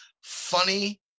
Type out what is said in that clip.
funny